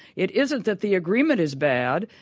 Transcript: it isn't that the agreement is bad.